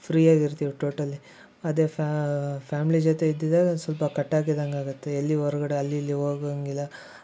ಫ್ರೀಯಾಗಿ ಇರ್ತೀವಿ ಟೋಟಲಿ ಅದೇ ಫ್ಯಾಮ್ಳಿ ಜೊತೆ ಇದ್ದಿದ್ದಾಗ ಸ್ವಲ್ಪ ಕಟ್ಟಾಕಿದಂಗೆ ಆಗುತ್ತೆ ಎಲ್ಲಿ ಹೊರ್ಗಡೆ ಅಲ್ಲಿ ಇಲ್ಲಿ ಹೋಗಂಗಿಲ್ಲ